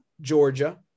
Georgia